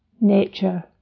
nature